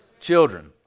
Children